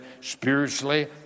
spiritually